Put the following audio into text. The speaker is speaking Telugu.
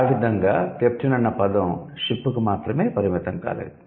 ఆ విధంగా 'కెప్టెన్' అన్న పదం 'షిప్' కు మాత్రమే పరిమితం కాలేదు